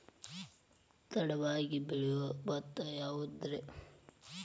ತಡವಾಗಿ ಬೆಳಿಯೊ ಭತ್ತ ಯಾವುದ್ರೇ?